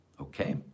Okay